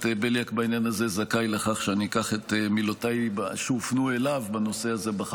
בליאק זכאי לכך שאני אקח בחזרה את מילותיי שהופנו אליו בנושא הזה.